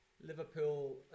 liverpool